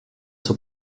zur